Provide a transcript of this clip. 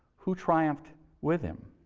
who triumphed with him?